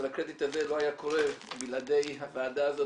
אבל הקרדיט הזה לא היה קורה בלעדי הוועדה הזאת